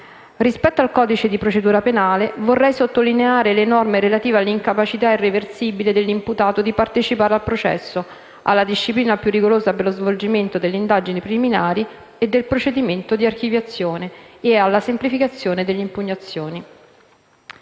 Rispetto al codice di procedura penale, vorrei sottolineare le norme relative all'incapacità irreversibile dell'imputato di partecipare al processo, alla disciplina più rigorosa per lo svolgimento delle indagini preliminari e del procedimento di archiviazione, e alla semplificazione delle impugnazioni.